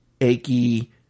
achy